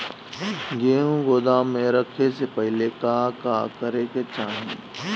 गेहु गोदाम मे रखे से पहिले का का करे के चाही?